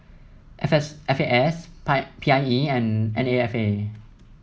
F S F A S pie P I E and N A F A